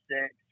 six